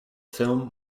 film